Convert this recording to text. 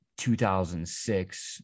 2006